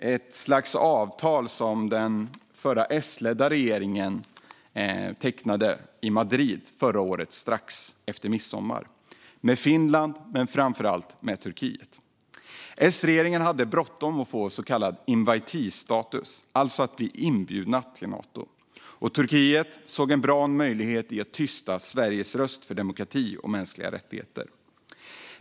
Det är ett slags avtal som den S-ledda regeringen undertecknade i Madrid förra året, strax efter midsommar, med Finland men framför allt med Turkiet. S-regeringen hade bråttom att få så kallad inviteestatus, alltså att bli inbjudna till Nato. Turkiet såg en bra möjlighet att tysta Sveriges röst för demokrati och mänskliga rättigheter.